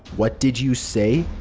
what did you say?